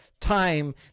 time